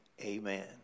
amen